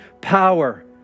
power